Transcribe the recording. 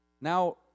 now